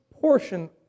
portion